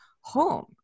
home